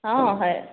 অঁ হয়